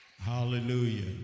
Hallelujah